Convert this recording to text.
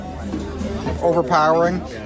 overpowering